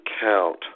count